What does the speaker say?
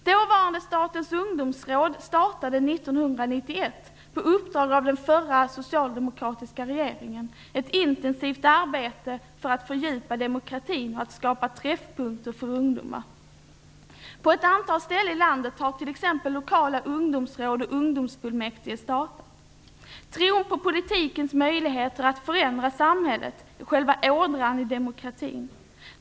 Dåvarande Statens ungdomsråd startade 1991, på uppdrag av den förra socialdemokratiska regeringen, ett intensivt arbete för att fördjupa demokratin och skapa träffpunkter för ungdomar. På ett antal ställen i landet har t.ex. lokala ungdomsråd och ungdomsfullmäktige startats. Tron på politikens möjligheter att förändra samhället är själva ådran i demokratin.